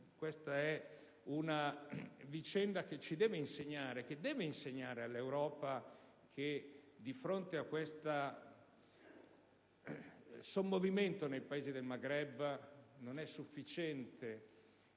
spalle. È una vicenda che ci deve insegnare, e deve insegnare all'Europa, che, di fronte a questo sommovimento nei Paesi del Maghreb, non è sufficiente